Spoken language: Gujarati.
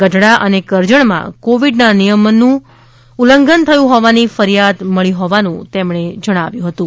ગઢડા અને કરજણ માં કોવિડ ના નિયમ નું ઉલ્લંઘન થયું હોવાની ફરિયાદ મળી હોવાનુ તેમણે કહ્યું હતું